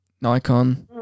nikon